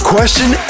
Question